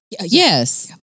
Yes